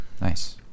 Nice